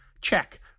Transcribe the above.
Check